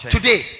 Today